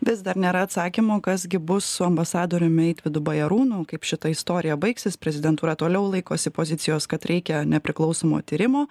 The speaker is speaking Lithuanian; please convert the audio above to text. vis dar nėra atsakymo kas gi bus su ambasadoriumi eitvydu bajarūnu kaip šita istorija baigsis prezidentūra toliau laikosi pozicijos kad reikia nepriklausomo tyrimo